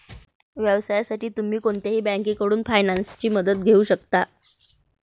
व्यवसायासाठी तुम्ही कोणत्याही बँकेकडून फायनान्सची मदत घेऊ शकता